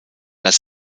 das